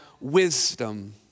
wisdom